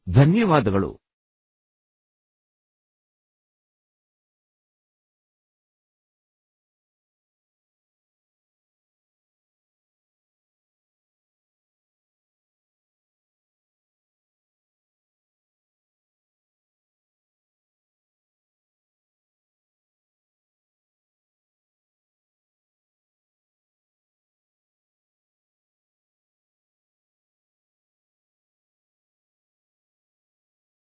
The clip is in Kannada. ಧನ್ಯವಾದಗಳು